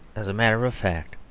as a matter of fact,